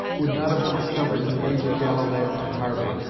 would not have been discovered in the age of galileo and harvey,